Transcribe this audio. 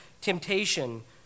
temptation